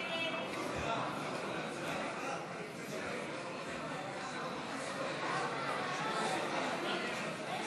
הצעת